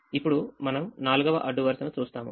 ఇప్పుడు మనం నాల్గవ అడ్డు వరుసను చూస్తాము